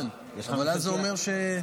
לעצור את התשובה.